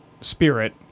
spirit